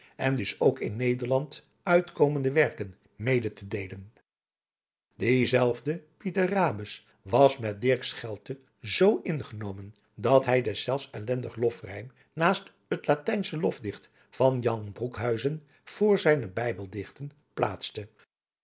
en dus ook in nederland uitkomende werken mede te deelen diezelfde pieter rabus was met dirk schelte zoo ingenomen dat hij deszelfs ellendig lofrijm naast het latijnsche lofdicht van jan broekhuizen voor zijne bijbeldichten plaatste